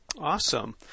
Awesome